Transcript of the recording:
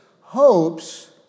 hopes